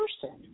person